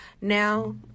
Now